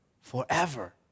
Forever